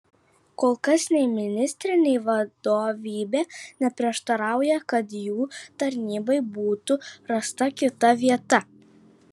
kol kas nei ministrė nei vadovybė neprieštarauja kad jų tarnybai būtų rasta kita vieta